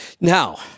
Now